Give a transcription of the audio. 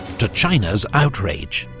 to china's outrage.